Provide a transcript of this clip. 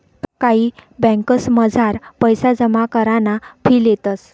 कायी ब्यांकसमझार पैसा जमा कराना फी लेतंस